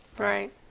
Right